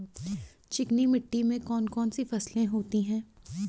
चिकनी मिट्टी में कौन कौन सी फसलें होती हैं?